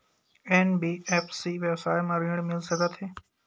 NBFC व्यवसाय मा ऋण मिल सकत हे